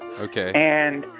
Okay